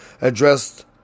addressed